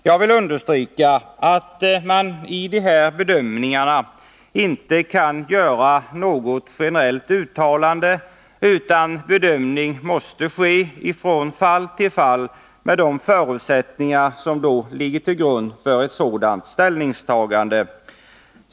Jag vill understryka att man vid de här bedömningarna inte kan göra något generellt uttalande, utan att bedömningen måste ske från fall till fall utifrån de förutsättningar som då ligger till grund för ställningstagandet.